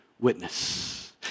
witness